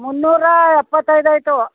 ಮುನ್ನೂರಾ ಎಪ್ಪತ್ತೈದು ಆಯಿತು